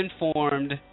informed